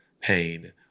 pain